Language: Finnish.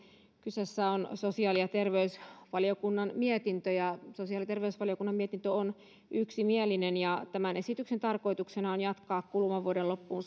kyseessä on sosiaali ja terveysvaliokunnan mietintö sosiaali ja terveysvaliokunnan mietintö on yksimielinen ja tämän esityksen tarkoituksena on jatkaa kuluvan vuoden loppuun